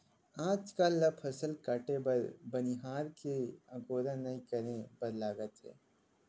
आजकाल फसल ल काटे बर बनिहार के अगोरा नइ करे बर लागत हे